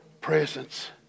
presence